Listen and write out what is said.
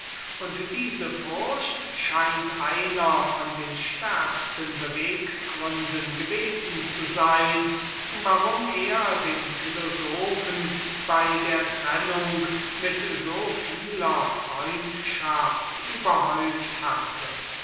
und diese furcht scheint einer von den stärksten beweggründen gewesen zu sein warum er den plato bei ihrer trennung mit so vieler freundschaft überhäuft hatte